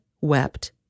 wept